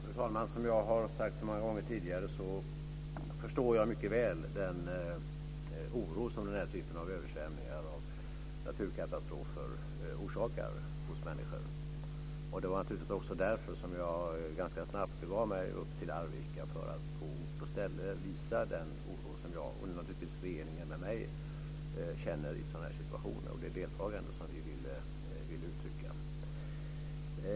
Fru talman! Som jag har sagt så många gånger tidigare förstår jag mycket väl den oro som den här typen av översvämningar och naturkatastrofer orsakar hos människor. Det var naturligtvis också därför som jag ganska snabbt begav mig upp till Arvika för att på ort och ställe visa den oro som jag, och naturligtvis regeringen med mig, känner i sådana här situationer och det deltagande som vi ville uttrycka.